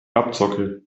abzocke